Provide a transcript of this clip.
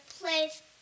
place